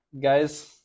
guys